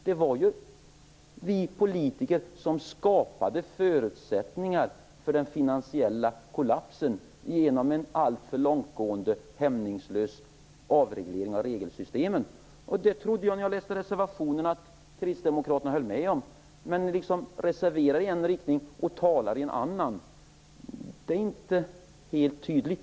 Det var vi politiker som skapade förutsättningar för den finansiella kollapsen genom en alltför långtgående, hämningslös avreglering av regelsystemen. När jag läste reservationen trodde jag att kristdemokraterna höll med om det. Men de reserverar sig i en riktning och talar i en annan. Vad de vill är inte helt tydligt.